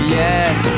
yes